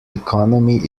economy